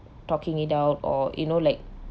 talking it out or you know like